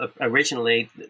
originally